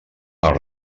als